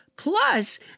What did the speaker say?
Plus